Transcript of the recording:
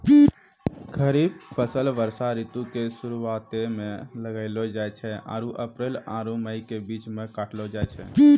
खरीफ फसल वर्षा ऋतु के शुरुआते मे लगैलो जाय छै आरु अप्रैल आरु मई के बीच मे काटलो जाय छै